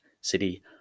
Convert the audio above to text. city